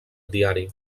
diari